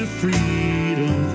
freedom